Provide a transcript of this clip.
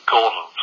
Gordon